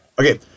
Okay